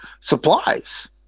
supplies